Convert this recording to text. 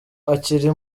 akiri